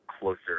closer